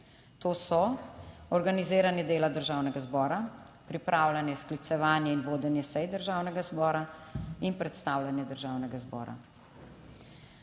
to so organiziranje dela Državnega zbora, pripravljanje, sklicevanje in vodenje sej Državnega zbora in predstavljanje Državnega zbora.